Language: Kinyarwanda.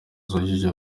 zujuje